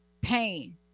pain